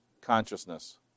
consciousness